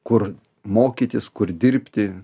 kur mokytis kur dirbti